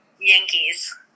Yankees